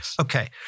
Okay